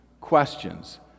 questions